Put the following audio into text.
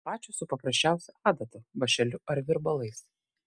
pačios su paprasčiausia adata vąšeliu ar virbalais